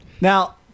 Now